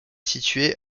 situé